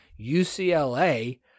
UCLA